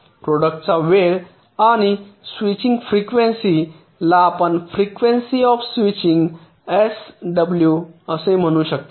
product चा वेळ आणि स्विचिंग फ्रिकवेंसी ला आपण फ्रिकवेंसी ऑफ स्विचिंग एसडब्ल्यू म्हणू शकता